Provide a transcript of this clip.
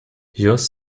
yours